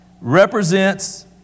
represents